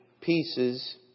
pieces